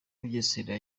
bugesera